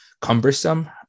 cumbersome